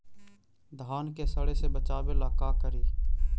धान के सड़े से बचाबे ला का करि?